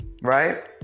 Right